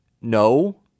No